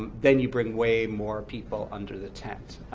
then you bring way more people under the tent.